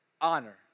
Honor